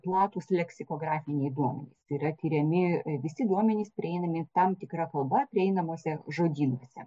platūs leksikografiniai duomenys tai yra tiriami visi duomenys prieinami tam tikra kalba prieinamuose žodynuose